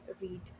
read